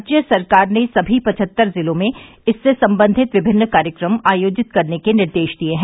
राज्य सरकार ने सभी पचहत्तर जिलों में इससे संबंधित विभिन्न कार्यक्रम आयोजित करने के निर्देश दिये हैं